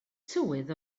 tywydd